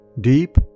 deep